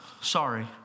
Sorry